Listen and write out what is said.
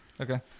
Okay